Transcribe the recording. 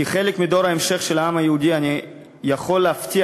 כחלק מדור ההמשך של העם היהודי אני יכול להבטיח